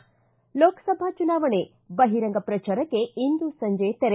ಿ ಲೋಕಸಭಾ ಚುನಾವಣೆ ಬಹಿರಂಗ ಪ್ರಚಾರಕ್ಕೆ ಇಂದು ಸಂಜೆ ತೆರೆ